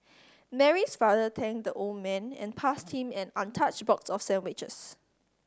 Mary's father thanked the old man and passed him an untouched box of sandwiches